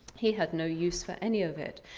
he had no use for any of it.